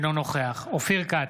אינו נוכח אופיר כץ,